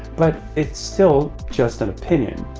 but it's still just an opinion.